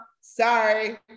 Sorry